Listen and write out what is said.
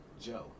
Joe